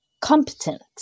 competent